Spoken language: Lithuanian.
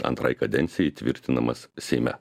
antrai kadencijai tvirtinamas seime